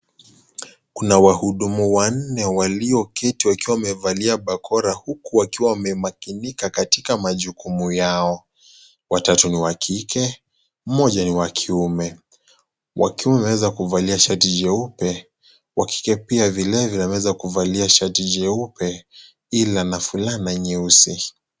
Kuna wahudumu wanne walioketi wamevalia barakoa huku wakiwa wamemakinika katika majukumu yao. Watatu ni wa kike, mmoja ni wa kiume, akiwa ameweza kuvalia shati jeupe na pia wao vile vile wakiwa wamevalia shati jeupe ila na fulana nyeusi.